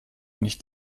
nicht